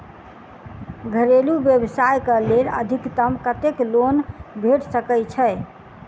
घरेलू व्यवसाय कऽ लेल अधिकतम कत्तेक लोन भेट सकय छई?